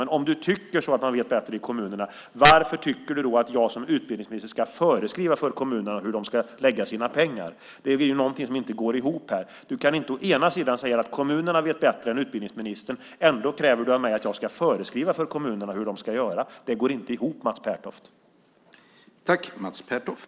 Men om du tycker att man vet bättre i kommunerna, Mats Pertoft, varför tycker du då att jag som utbildningsminister ska föreskriva för kommunerna hur de ska lägga sina pengar? Det är någonting som inte går ihop här. Du kan inte å ena sidan säga att kommunerna vet bättre än utbildningsministern och ändå kräva av mig att jag ska föreskriva för kommunerna hur de ska göra. Det går inte ihop, Mats Pertoft.